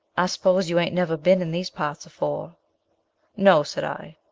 i s'pose you ain't never bin in these parts afore no, said i.